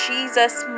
Jesus